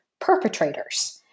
perpetrators